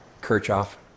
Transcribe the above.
Kirchhoff